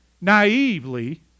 naively